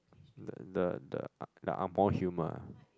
the the the ang~ the angmoh humour ah